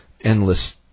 endless